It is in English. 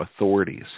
authorities